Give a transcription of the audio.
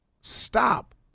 stop